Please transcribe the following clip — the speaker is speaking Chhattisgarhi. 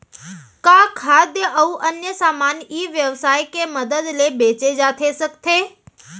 का खाद्य अऊ अन्य समान ई व्यवसाय के मदद ले बेचे जाथे सकथे?